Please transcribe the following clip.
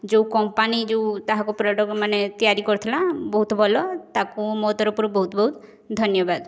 ଯେଉଁ କମ୍ପାନୀ ଯେଉଁ ତାହାକୁ ପ୍ରଡ଼କ୍ଟ୍ ମାନେ ତିଆରି କରିଥିଲା ବହୁତ ଭଲ ତାକୁ ମୋ ତରଫରୁ ବହୁତ ବହୁତ ଧନ୍ୟବାଦ